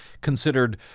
considered